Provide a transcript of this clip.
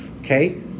okay